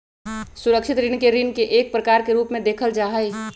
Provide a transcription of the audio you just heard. सुरक्षित ऋण के ऋण के एक प्रकार के रूप में देखल जा हई